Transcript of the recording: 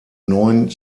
neuen